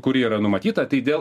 kuri yra numatyta tai dėl